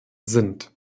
sind